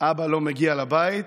אבא לא מגיע לבית,